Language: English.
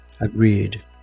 Agreed